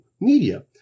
media